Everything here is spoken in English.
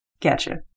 Gotcha